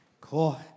Cool